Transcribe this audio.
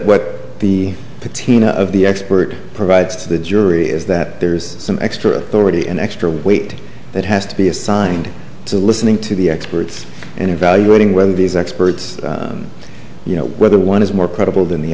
what the patina of the expert provides to the jury is that there's some extra thirty extra weight that has to be assigned to listening to the experts and evaluating whether these experts you know whether one is more credible than the